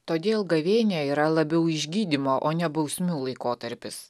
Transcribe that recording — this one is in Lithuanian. todėl gavėnia yra labiau išgydymo o ne bausmių laikotarpis